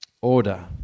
Order